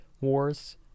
wars